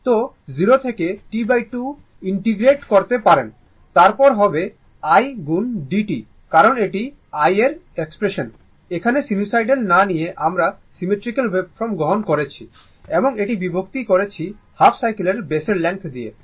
তো 0 থেকে T2 integrate করতে পারেন তারপর হবে i গুণ d t কারণ এটি i এর এক্সপ্রেশন এখানে সিনুসোইডাল না নিয়ে আমরা সিমেট্রিক্যাল ওয়েভফর্ম গ্রহণ করেছি এবং এটি বিভক্ত করেছি হাফ সাইকেলের বেসের লেংথ দিয়ে